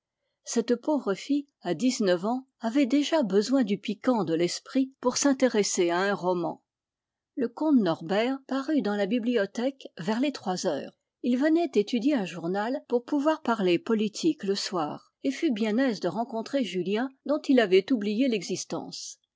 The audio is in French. cette pauvre fille à dix-neuf ans avait déjà besoin du piquant de l'esprit pour s'intéresser à un roman le comte norbert parut dans la bibliothèque vers les trois heures il venait étudier un journal pour pouvoir parler politique le soir et fut bien aise de rencontrer julien dont il avait oublié l'existence